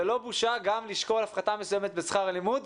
ולא בושה גם לשקול הפחתה מסוימת בשכר הלימוד,